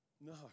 No